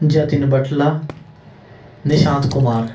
Jatin Batla Nishant Kumar